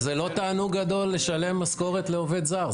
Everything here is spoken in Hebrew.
וזה לא תענוג גדול לשלם משכורת לעובד זר.